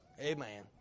Amen